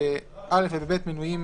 (א)36.04 או 93.04.0020,